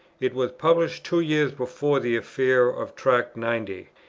it was published two years before the affair of tract ninety,